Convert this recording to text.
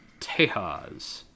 Tejas